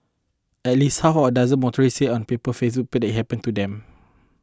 at least half a dozen motorists said on paper's Facebook page that it happened to them